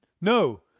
No